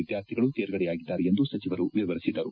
ವಿದ್ವಾರ್ಥಿಗಳು ತೇರ್ಗಡೆಯಾಗಿದ್ದಾರೆ ಎಂದು ಸಚಿವರು ವಿವರಿಸಿದರು